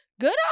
good